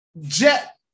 jet